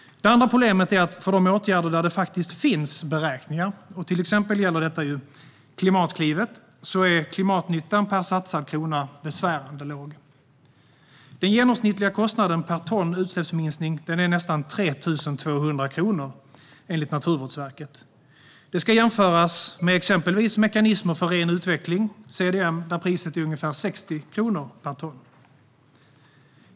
Det andra problemet är att för de åtgärder där det faktiskt finns beräkningar - det gäller till exempel Klimatklivet - är klimatnyttan per satsad krona besvärande låg. Den genomsnittliga kostnaden per ton utsläppsminskning är nästan 3 200 kronor, enligt Naturvårdsverket. Det ska jämföras med exempelvis mekanismen för ren utveckling, CDM, där priset är ungefär 60 kronor per ton.